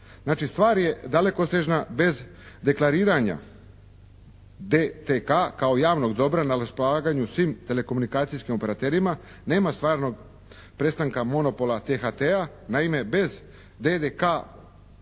Znači stvar je dalekosežna bez deklariranja DTK kao javnog dobra na raspolaganju svim telekomunikacijskim operaterima, nema stvarnog prestanka monopola THT-a. Naime, bez DTK